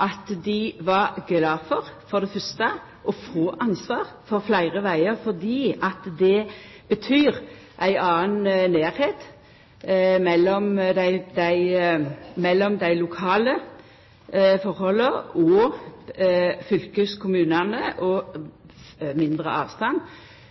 at dei var glade for å få ansvar for fleire vegar, fordi det betyr ein annan nærleik mellom dei lokale tilhøva og fylkeskommunane og mindre avstand